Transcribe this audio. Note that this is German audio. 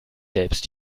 selbst